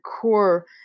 core